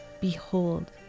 Behold